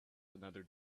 another